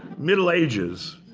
middle ages